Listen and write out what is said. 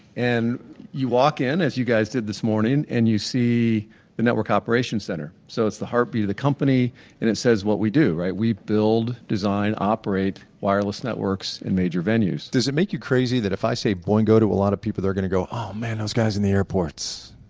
and you walk in as you guys did this morning, and you see the network operation center. so it's the heartbeat of the company, and it says what we do, right? we build, design, operate wireless networks in major venues does it make you crazy that if i say boingo to a lot of people, they're going to go oh man, those guys in the airports.